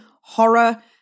horror